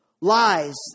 Lies